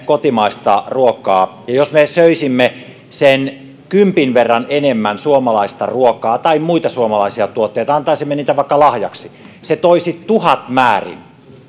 kotimaista ruokaa ja jos me söisimme kympin verran enemmän suomalaista ruokaa tai muita suomalaisia tuotteita antaisimme niitä vaikka lahjaksi se toisi tuhatmäärin